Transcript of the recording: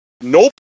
Nope